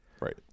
Right